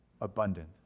abundant